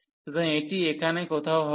সুতরাং এটি এখানে কোথাও হবে